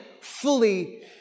fully